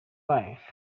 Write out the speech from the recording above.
life